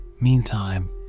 meantime